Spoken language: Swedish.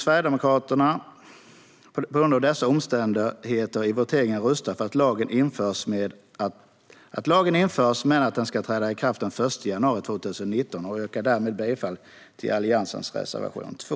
Sverigedemokraterna kommer på grund av dessa omständigheter att i voteringen rösta för att lagen införs, men att den ska träda i kraft den 1 januari 2019. Jag yrkar därmed bifall till Alliansens reservation 2.